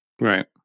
Right